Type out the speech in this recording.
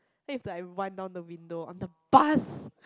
then is like wind down the window on the bus